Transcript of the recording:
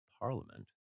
Parliament